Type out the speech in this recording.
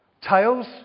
Tails